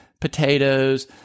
potatoes